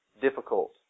Difficult